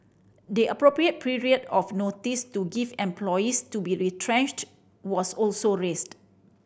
the appropriate period of notice to give employees to be retrenched was also raised